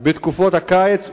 בתקופות הקיץ,